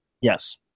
Yes